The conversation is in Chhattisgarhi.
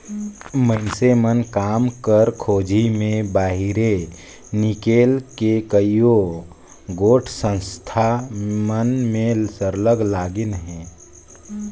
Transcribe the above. मइनसे मन काम कर खोझी में बाहिरे हिंकेल के कइयो गोट संस्था मन में सरलग लगिन अहें